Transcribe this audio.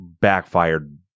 backfired